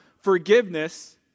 forgiveness